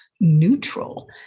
neutral